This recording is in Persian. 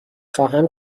خواهم